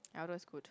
Aldo is good